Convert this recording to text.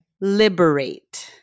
liberate